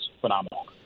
phenomenal